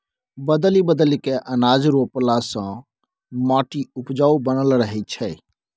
बदलि बदलि कय अनाज रोपला से माटि उपजाऊ बनल रहै छै